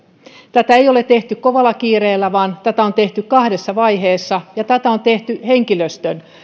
tätä ei ole tehty kovalla kiireellä vaan tätä on tehty kahdessa vaiheessa ja tätä on tehty henkilöstön